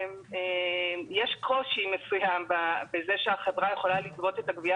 יש קושי מסוים בזה שהחברה יכולה לגבות את החברה